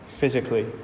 physically